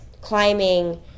climbing